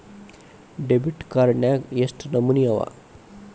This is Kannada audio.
ಡೆಬಿಟ್ ಕಾರ್ಡ್ ನ್ಯಾಗ್ ಯೆಷ್ಟ್ ನಮನಿ ಅವ?